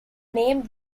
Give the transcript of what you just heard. named